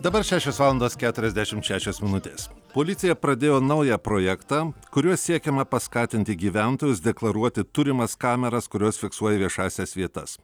dabar šešios valandos keturiasdešim šešios minutės policija pradėjo naują projektą kuriuo siekiama paskatinti gyventojus deklaruoti turimas kameras kurios fiksuoja viešąsias vietas